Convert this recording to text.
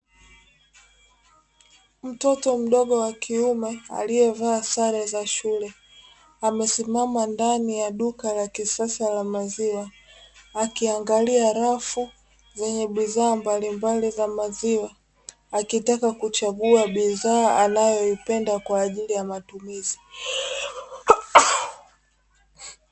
Mtoto mdogo wa kiume aliyevaa sare za shule amesimama ndani ya duka la kisasa la maziwa, akiangalia rafu zenye bidhaa mbalimbali za maziwa alitaka kuchagua bidhaa anayoipenda kwa ajili ya matumizi.